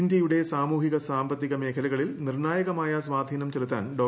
ഇന്ത്യയുടെ സാമൂഹിക സാമ്പത്തിക മേഖലകളിൽ നിർണ്ണായകമായ സ്വാധീനം ചെലുത്താൻ ഡോ